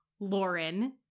lauren